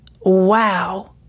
Wow